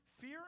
fear